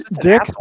Dick